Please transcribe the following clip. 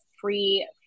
free